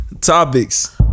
Topics